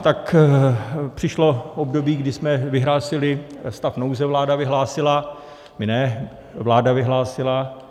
Tak přišlo období, kdy jsme vyhlásili stav nouze vláda vyhlásila, my ne, vláda vyhlásila.